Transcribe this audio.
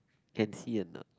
can see or not